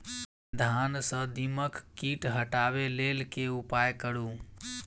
धान सँ दीमक कीट हटाबै लेल केँ उपाय करु?